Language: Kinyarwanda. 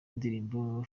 indirimbo